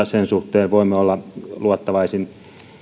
sen suhteen voimme olla luottavaisin